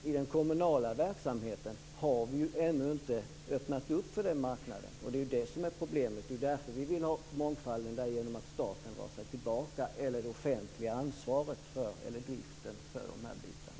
I den kommunala verksamheten har man ännu inte öppnat upp för den marknaden. Det är det som är problemet. Det är därför vi vill ha mångfalden genom att staten drar sig tillbaka från det offentliga ansvaret för driften av dessa bitar.